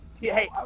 Hey